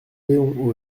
léon